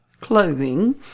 clothing